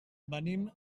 venim